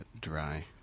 dry